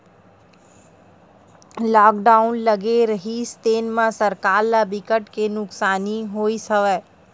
lockdown लगे रिहिस तेन म सरकार ल बिकट के नुकसानी होइस हवय